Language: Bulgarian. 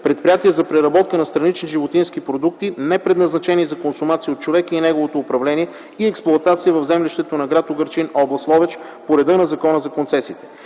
Предприятие за преработка на странични животински продукти, непредназначени за консумация от човека, неговото управление и експлоатация в землището на гр. Угърчин, област Ловеч по реда на Закона за концесиите.